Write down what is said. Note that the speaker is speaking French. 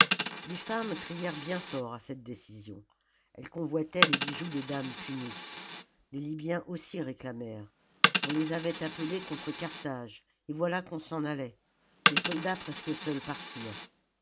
les femmes crièrent bien fort à cette décision elles convoitaient les bijoux des dames puniques les libyens aussi réclamèrent on les avait appelés contre carthage et voilà qu'on s'en allait les soldats presque seuls partirent